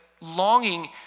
longing